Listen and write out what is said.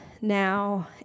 now